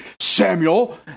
Samuel